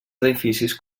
edificis